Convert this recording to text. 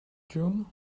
june